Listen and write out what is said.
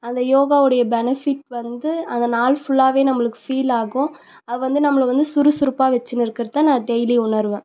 அந்த யோகாவுடைய பெனிஃபிட் வந்து அந்த நாள் ஃபுல்லாகவே நம்மளுக்கு ஃபீல் ஆகும் அது வந்து நம்மளுக்கு வந்து சுறுசுறுப்பாக வச்சுனு இருக்கிறத தான் நான் டெய்லி உணர்வேன்